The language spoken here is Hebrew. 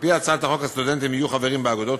על-פי הצעת החוק, הסטודנטים יהיו חברים באגודות